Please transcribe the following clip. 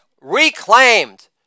reclaimed